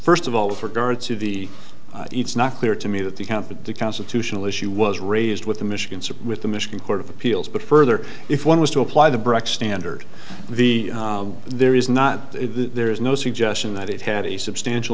first of all with regard to the it's not clear to me that the company constitutional issue was raised with the michigan sit with the michigan court of appeals but further if one was to apply the breck standard the there is not there is no suggestion that it had a substantial